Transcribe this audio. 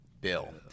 bill